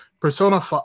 Persona